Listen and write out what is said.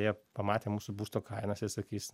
jie pamatę mūsų būsto kainas jie sakys